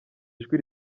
ijwi